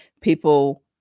People